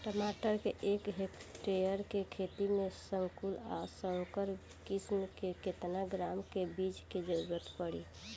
टमाटर के एक हेक्टेयर के खेती में संकुल आ संकर किश्म के केतना ग्राम के बीज के जरूरत पड़ी?